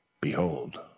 behold